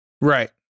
right